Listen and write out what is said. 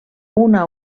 una